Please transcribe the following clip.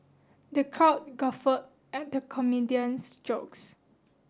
the crowd guffawed at the comedian's jokes